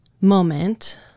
moment